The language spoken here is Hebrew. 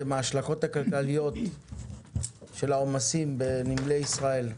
ההשלכות הכלכליות של העומסים בנמלי ישראל.